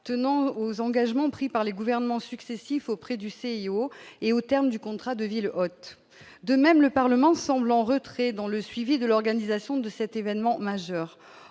tenant aux engagements pris par les gouvernements successifs auprès du CIO, et au terme du contrat de ville hôte de même le Parlement semble en retrait dans le suivi de l'organisation de cet événement majeur,